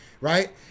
right